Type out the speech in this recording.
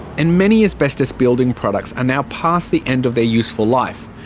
and many asbestos building products are now past the end of their useful life.